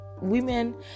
women